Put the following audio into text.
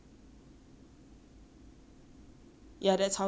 ya that's how we keep but my sister not skinny lah okay